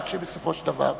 עד שבסופו של דבר שכנעו,